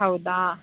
ಹೌದಾ